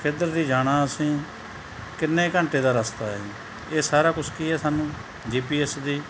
ਕਿੱਧਰ ਦੀ ਜਾਣਾ ਅਸੀਂ ਕਿੰਨੇ ਘੰਟੇ ਦਾ ਰਸਤਾ ਹੈ ਇਹ ਸਾਰਾ ਕੁਛ ਕੀ ਹੈ ਸਾਨੂੰ ਜੀ ਪੀ ਐੱਸ ਦੀ